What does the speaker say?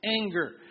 anger